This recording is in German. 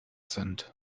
sind